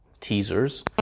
teasers